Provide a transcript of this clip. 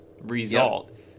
result